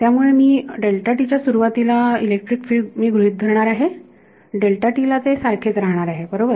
त्यामुळे मी च्या सुरुवातीला मी इलेक्ट्रिक फील्ड गृहीत धरणार आहे ला ते सारखेच राहणार आहे बरोबर